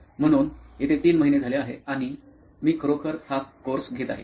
म्हणून येथे तीन महिने झाले आहे आणि मी खरोखर हा कोर्स घेत आहे